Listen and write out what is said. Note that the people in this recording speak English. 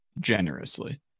generously